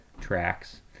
tracks